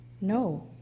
no